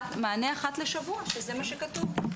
מענה אחת לשבוע ,שזה מה שכתוב.